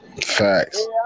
Facts